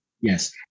yes